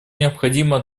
необходимо